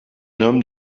homme